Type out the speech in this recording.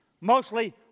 mostly